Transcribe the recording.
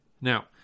Now